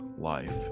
life